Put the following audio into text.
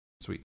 Sweet